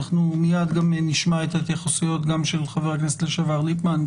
מיד נשמע גם את ההתייחסויות של חבר הכנסת לשעבר ליפמן,